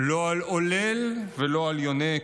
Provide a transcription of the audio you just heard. לא על עולל ולא על יונק.